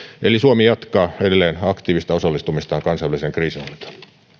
eli suomi jatkaa edelleen aktiivista osallistumistaan kansainväliseen kriisinhallintaan